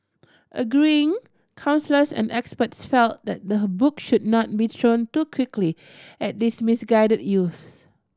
agreeing counsellors and experts felt that the book should not be thrown too quickly at these misguided youths